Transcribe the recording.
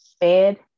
bed